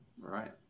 Right